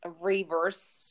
reverse-